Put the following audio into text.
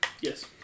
Yes